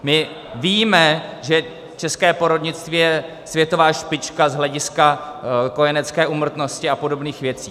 My víme, že české porodnictví je světová špička z hlediska kojenecké úmrtnosti a podobných věcí.